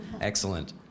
Excellent